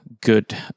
good